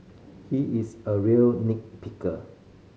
he is a real nit picker